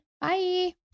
Bye